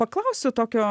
paklausiu tokio